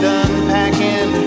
unpacking